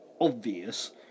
obvious